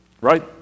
Right